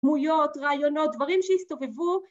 ‫דמויות, רעיונות, דברים שהסתובבו.